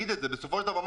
בסופו של דבר,